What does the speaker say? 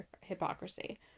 hypocrisy